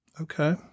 Okay